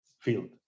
field